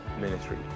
ministry